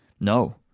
no